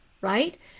right